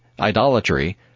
idolatry